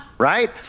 Right